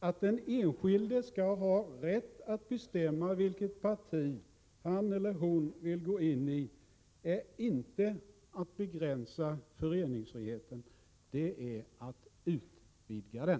Att den enskilde skall ha rätt att bestämma vilket parti han vill gå in i innebär inte en begränsning av föreningsfriheten, det innebär en utvidgning av den.